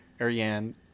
Ariane